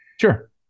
sure